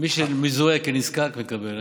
מי שמזוהה כנזקק מקבל.